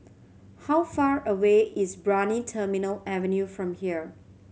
how far away is Brani Terminal Avenue from here